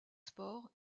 sports